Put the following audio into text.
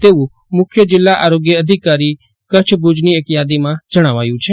તેવું જીલ્લા આરોગ્ય અધિકારી કચ્છ ભુજની યાદીમાં જણાવ્યું છે